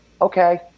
okay